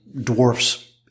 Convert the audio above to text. dwarfs